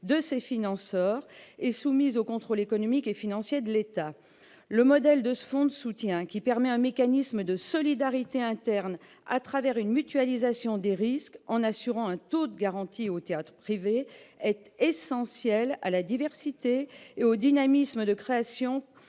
de ses financeurs et soumise au contrôle économique et financier de l'État. Le modèle de ce fonds de soutien, qui permet un mécanisme de solidarité interne à travers une mutualisation des risques en assurant un taux de garantie aux théâtres privés, est essentiel à la diversité et au dynamisme de création